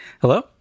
hello